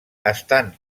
estant